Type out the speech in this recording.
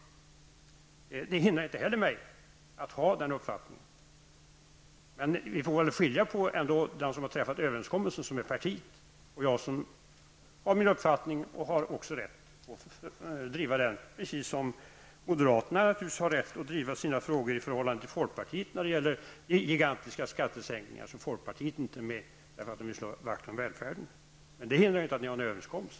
Det hindrar inte heller mig att ha denna uppfattning. Vi får skilja på dem som har träffat denna överenskommelse som är partiet och mig som har min uppfattning och som har rätt att driva den, precis som moderaterna naturligtvis har rätt att driva sina frågor i förhållande till folkpartiet när det gäller de gigantiska skattesänkningar som folkpartiet inte vill vara med om att därför att det vill slå vakt om välfärden. Men det hindrar inte att ni kan träffa en överenskommelse.